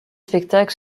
spectacles